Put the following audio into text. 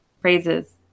phrases